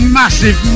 massive